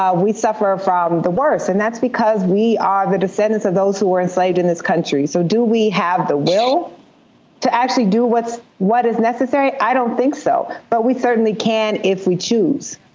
um we suffer from the worst. and that's because we are the descendants of those who were enslaved in this country. so do we have the will to actually do what is necessary? i don't think so. but we certainly can if we choose.